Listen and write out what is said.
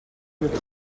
бид